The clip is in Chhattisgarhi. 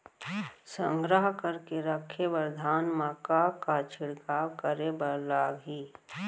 संग्रह करके रखे बर धान मा का का छिड़काव करे बर लागही?